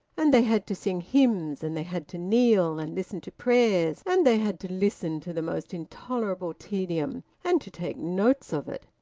and they had to sing hymns, and they had to kneel and listen to prayers, and they had to listen to the most intolerable tedium, and to take notes of it.